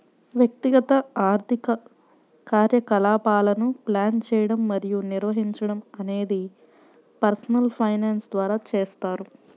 వ్యక్తిగత ఆర్థిక కార్యకలాపాలను ప్లాన్ చేయడం మరియు నిర్వహించడం అనేది పర్సనల్ ఫైనాన్స్ ద్వారా చేస్తారు